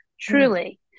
truly